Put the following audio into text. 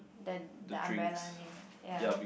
the the umbrella name ah ya